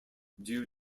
due